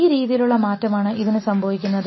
ഈ രീതിയിലുള്ള മാറ്റമാണ് ഇതിന് സംഭവിക്കുന്നത്